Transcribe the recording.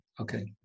okay